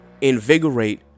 invigorate